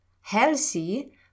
healthy